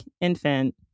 infant